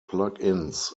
plugins